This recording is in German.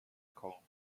kaum